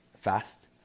fast